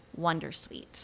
Wondersuite